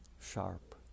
sharp